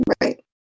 right